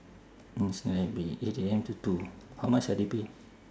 gardens by the bay eight A_M to two how much ah they pay